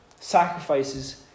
sacrifices